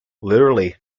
literally